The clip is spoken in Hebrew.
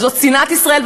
זאת שנאת ישראל,